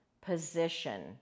position